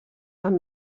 amb